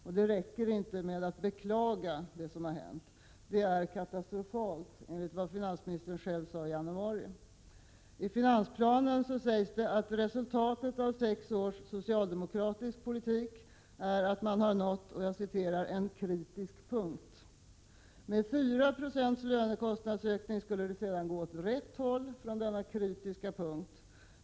Men det räcker inte med att bara beklaga det som har hänt. Det är katastrofalt, enligt vad finansministern själv sade i januari. I finansplanen sägs det att resultatet av sex års socialdemokratisk politik är att man nått en ”kritisk punkt”. Med 4 90 lönekostnadsökningar skulle det sedan gå åt rätt håll från denna kritiska punkt.